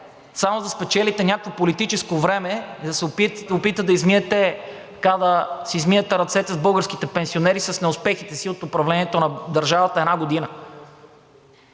само за да спечелите някакво политическо време и да се опитате да си измиете ръцете с българските пенсионери с неуспехите си от управлението на държавата една година.